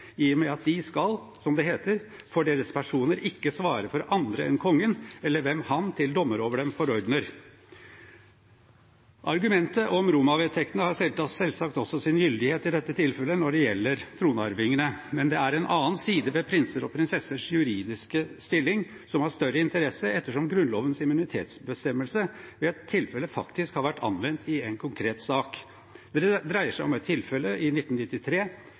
og med at de skal, som det heter, «for deres Personer ikke svare for andre, end Kongen, eller hvem han til Dommer over dem forordner». Argumentet om Roma-vedtektene har selvsagt også sin gyldighet i dette tilfellet når det gjelder tronarvingene, men det er en annen side ved prinser og prinsessers juridiske stilling som har større interesse, ettersom Grunnlovens immunitetsbestemmelse ved et tilfelle faktisk har vært anvendt i en konkret sak. Det dreier seg om et tilfelle i 1993,